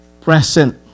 present